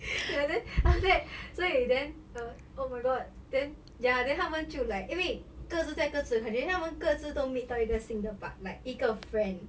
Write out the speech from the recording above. ya then after that 所以 then uh oh my god then ya then 他们就 like 因为各自在各自的 country 他们都各自 meet 到新的 part~ like 一个 friend